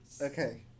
Okay